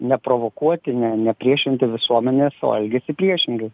neprovokuoti ne nepriešinti visuomenės o elgiasi priešingai